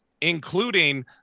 including